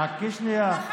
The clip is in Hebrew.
חכי שנייה.